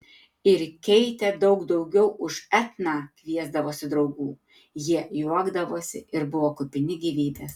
ir keitė daug daugiau už etną kviesdavosi draugų jie juokdavosi ir buvo kupini gyvybės